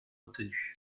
retenus